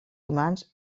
humans